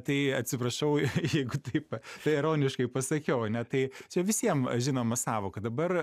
tai atsiprašau jeigu taip ironiškai pasakiau ane tai čia visiem žinoma sąvoka dabar